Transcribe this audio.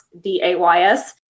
D-A-Y-S